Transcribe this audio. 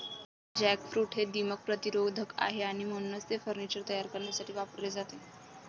jackfruit हे दीमक प्रतिरोधक आहे आणि म्हणूनच ते फर्निचर तयार करण्यासाठी वापरले जाते